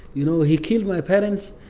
you know, he killed my parents.